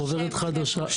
חוברת חדשה,